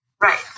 Right